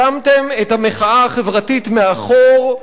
שמתם את המחאה החברתית מאחור.